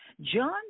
John